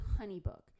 HoneyBook